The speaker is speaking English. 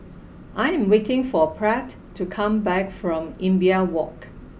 I am waiting for Pratt to come back from Imbiah Walk